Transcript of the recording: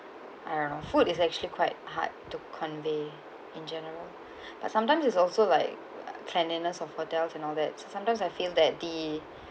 I don't know food is actually quite hard to convey in general but sometimes it's also like uh cleanliness of hotels and all that some~ sometimes I feel that the